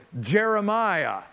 Jeremiah